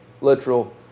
literal